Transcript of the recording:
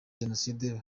jenoside